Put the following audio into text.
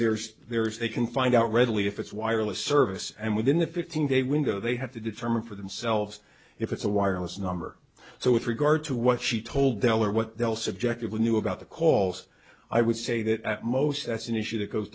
there's there is they can find out readily if it's wireless service and within the fifteen day window they have to determine for themselves if it's a wireless number so with regard to what she told dell or what they'll subjectively knew about the calls i would say that at most that's an issue